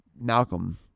Malcolm